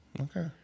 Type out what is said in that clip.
Okay